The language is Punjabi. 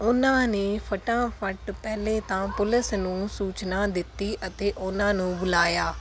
ਉਹਨਾਂ ਨੇ ਫਟਾਫਟ ਪਹਿਲਾਂ ਤਾਂ ਪੁਲਿਸ ਨੂੰ ਸੂਚਨਾ ਦਿੱਤੀ ਅਤੇ ਉਹਨਾਂ ਨੂੰ ਬੁਲਾਇਆ